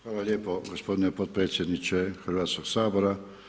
Hvala lijepo gospodine potpredsjedniče Hrvatskog sabora.